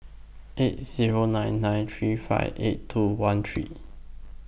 eight Zero nine nine three five eight two one three